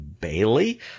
Bailey